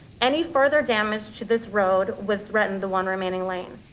any further damage to this road would threaten the one remaining lane.